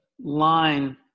line